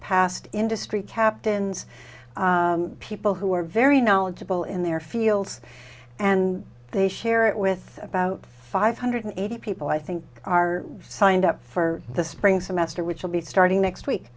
past industry captains people who are very knowledgeable in their fields and they share it with about five hundred eighty people i think are signed up for the spring semester which will be starting next week